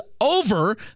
over